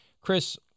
Chris